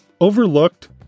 Overlooked